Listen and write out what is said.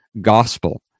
gospel